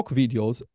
videos